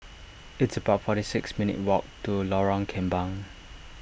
it's about forty six minutes' walk to Lorong Kembang